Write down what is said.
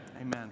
Amen